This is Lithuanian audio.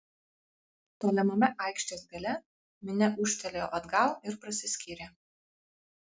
tolimame aikštės gale minia ūžtelėjo atgal ir prasiskyrė